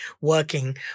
working